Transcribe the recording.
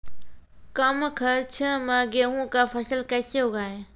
कम खर्च मे गेहूँ का फसल कैसे उगाएं?